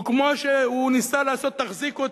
הוא כמו שהוא ניסה לעשות: תחזיקו אותי,